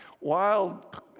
wild